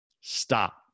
Stop